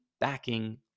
backing